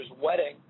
wedding